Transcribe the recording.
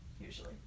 usually